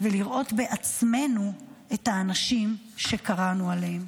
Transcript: ולראות בעצמנו את האנשים שקראנו עליהם.